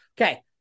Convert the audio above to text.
Okay